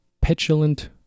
petulant